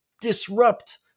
disrupt